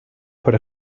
por